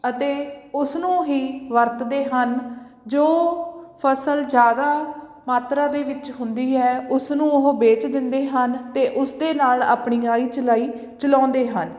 ਅਤੇ ਉਸਨੂੰ ਹੀ ਵਰਤਦੇ ਹਨ ਜੋ ਫਸਲ ਜ਼ਿਆਦਾ ਮਾਤਰਾ ਦੇ ਵਿੱਚ ਹੁੰਦੀ ਹੈ ਉਸਨੂੰ ਉਹ ਵੇਚ ਦਿੰਦੇ ਹਨ ਅਤੇ ਉਸਦੇ ਨਾਲ ਆਪਣੀ ਆਈ ਚਲਾਈ ਚਲਾਉਂਦੇ ਹਨ